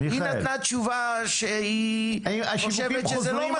היא נתנה תשובה שהיא חושבת שזה לא מספיק.